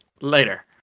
later